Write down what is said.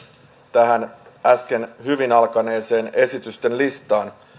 tähän äsken hyvin alkaneeseen esitysten listaan